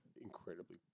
incredibly